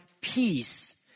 peace